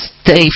stay